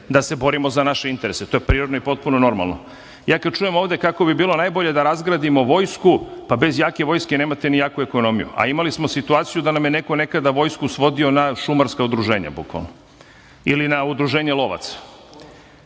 da se borimo za naše interese. To je prirodno i potpuno normalno. Kada čujem ovde kako bi bilo najbolje da razgradimo vojsku, pa bez jake vojske nemate ni jaku ekonomiju, a imali smo situaciju da nam je neko nekada vojsku svodio na šumarska udruženja, bukvalno, ili na udruženje lovaca.